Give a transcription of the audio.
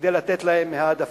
כדי לתת להם העדפה.